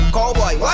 Cowboy